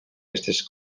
aquestes